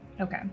Okay